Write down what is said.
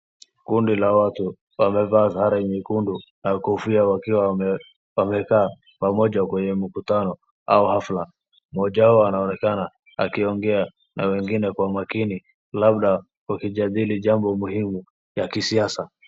Kundi la watu wamevaa sare nyekundu na kofia wakiwa wamekaa pamoja kwenye mkutano au hafla. Moja wao anaonekana akiongea na wengine kwa makini labda wakijadili jambo muhimu la kisiasa.